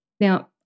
Now